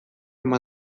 eman